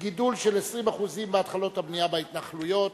גידול של 20% בהתחלות הבנייה בהתנחלויות.